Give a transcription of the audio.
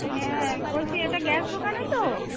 হ্যাঁ বলছি এটা গ্যাস দোকানে তো